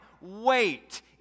wait